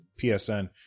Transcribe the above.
PSN